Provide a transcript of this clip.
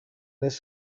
les